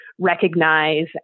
recognize